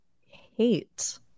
hate